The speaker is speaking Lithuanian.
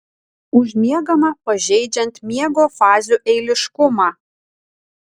užmiegama pažeidžiant miego fazių eiliškumą